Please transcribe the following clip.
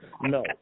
no